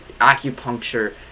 acupuncture